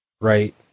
right